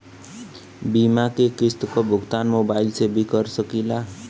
बीमा के किस्त क भुगतान मोबाइल से भी कर सकी ला?